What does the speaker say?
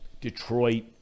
Detroit